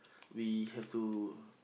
we have to